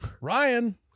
Ryan